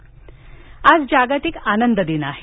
आनंद दिन आज जागतिक आनंद दिन आहे